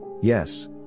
Yes